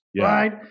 right